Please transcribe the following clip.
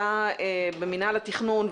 אתה במינהל התכנון.